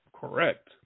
Correct